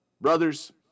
Brothers